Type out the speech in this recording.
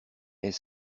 est